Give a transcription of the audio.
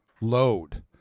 Load